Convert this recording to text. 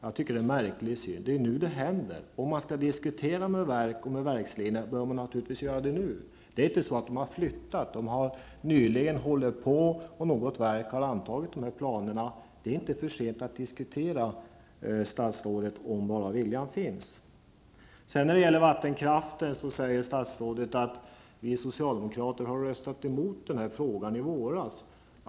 Jag tycker att det är en märklig syn. Det är nu det händer. Om vi skall diskutera med verk och verksledningar, bör man naturligvis göra det nu. Det är inte så att de har flyttat. De håller på med förberedelser, och något verk har antagit de här planerna. Det är inte för sent att diskutera, statsrådet, om bara viljan finns. När det gäller vattenkraftsvinsterna säger statsrådet att vi socialdemokrater har röstat emot i den frågan i våras.